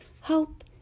Hope